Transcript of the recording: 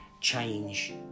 change